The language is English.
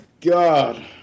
God